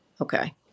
Okay